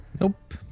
Nope